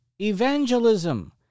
evangelism